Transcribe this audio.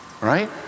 right